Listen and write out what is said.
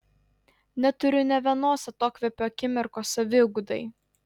neturiu ne vienos atokvėpio akimirkos saviugdai